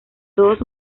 todos